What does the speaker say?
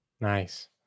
Nice